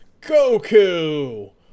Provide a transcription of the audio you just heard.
Goku